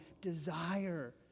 desire